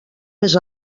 més